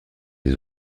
les